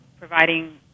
providing